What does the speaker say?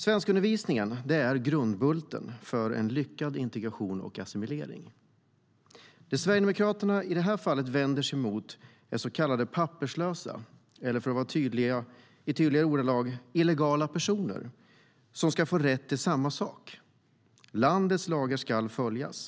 Svenskundervisningen är grundbulten för en lyckad integration och assimilering. Det Sverigedemokraterna i det här fallet vänder sig emot är så kallade papperslösa, eller i tydligare ordalag illegala personer, som ska få rätt till samma sak. Landets lagar ska följas.